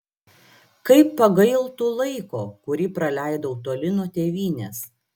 kaip pagailtų laiko kurį praleidau toli nuo tėvynės